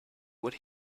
what